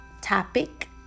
topic